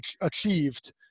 achieved